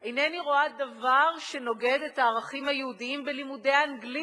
אינני רואה דבר שנוגד את הערכים היהודיים בלימודי אנגלית,